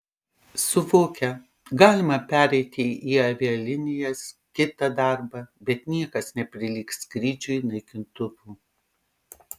suvokia galima pereiti į avialinijas kitą darbą bet niekas neprilygs skrydžiui naikintuvu